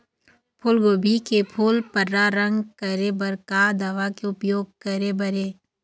फूलगोभी के फूल पर्रा रंग करे बर का दवा के उपयोग करे बर ये?